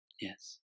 Yes